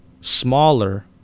smaller